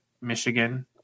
Michigan